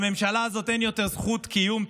לממשלה הזאת אין יותר זכות קיום,